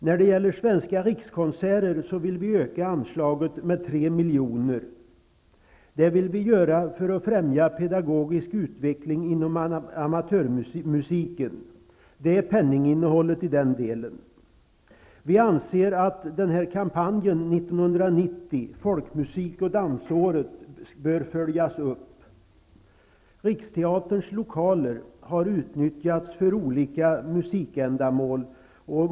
När det gäller svenska rikskonserter vill vi öka anslaget med tre miljoner kronor. Det vill vi göra för att främja en pedagogisk utveckling inom amatörmusiken. Det är penninginnehållet i den delen. Vi anser att kampanjen från 1990, Folkmusik och dansåret, bör följas upp. Rikskonserters lokaler har utnyttjats för olika musikändamål.